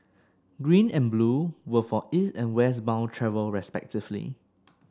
green and blue were for East and West bound travel respectively